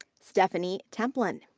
stephanie templon.